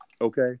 Okay